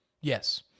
Yes